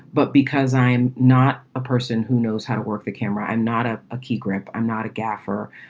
but because i am not a person who knows how to work the camera. i'm not a a key grip. i'm not a gaffer.